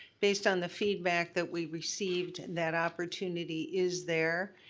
based on the feedback that we received, that opportunity is there,